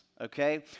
Okay